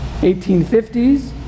1850s